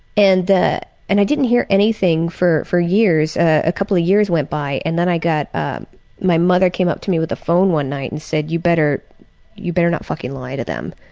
and and i didn't hear anything for for years, a couple of years went by and then i got my mother came up to me with the phone one night and said, you better you better not fucking lie to them.